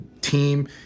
team